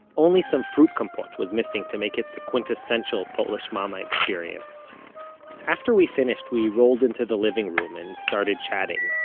only some fruit compote was missing to make it the quintessential polish mama experience after we finished we rolled into the living room and started chatting.